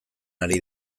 ari